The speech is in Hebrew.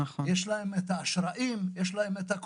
יש להם את האשראי הדרוש.